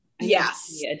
Yes